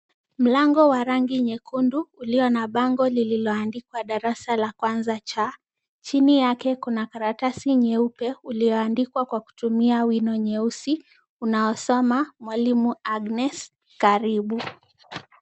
Mlango wa rangi nyekundu ulio na bango lililoandikwa darasa la 1C. Chini yake kuna karatasi nyeupe uliyoandikwa kwa kutumia wino nyeusi unaosoma mwalimu Agnes karibu.